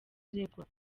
aregwa